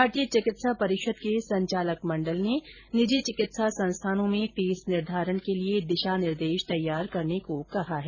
भारतीय चिकित्सा परिषद के संचालक मंडल ने निजी चिकित्सा संस्थानों में फीस निर्धारण के लिए दिशा निर्देश तैयार करने को कहा है